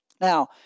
Now